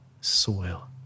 soil